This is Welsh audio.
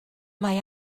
mae